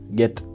get